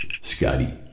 Scotty